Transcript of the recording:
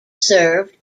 served